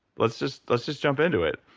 let's just let's just jump into it.